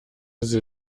sie